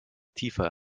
tiefer